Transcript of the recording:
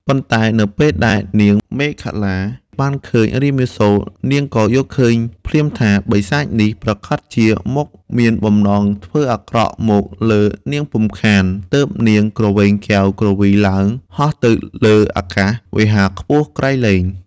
ប៉ុន្តែនៅពេលដែលនាងមេខលាបានឃើញរាមាសូរ នាងក៏យល់ឃើញភ្លាមថា បិសាចនេះប្រាកដជាមកមានបំណងធ្វើអាក្រក់មកលើនាងពុំខាន ទើបនាងលើកកែវគ្រវីឡើង ហោះទៅលើអាកាសវេហាខ្ពស់ក្រៃលែង។